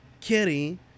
Kitty